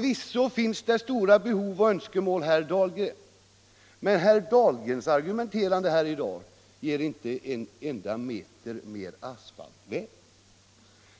Förvisso finns det stora behov och önskemål, herr Dahlgren. Men herr Dahlgrens argumenterande i dag ger inte en enda meter ytterligare asfalterad väg.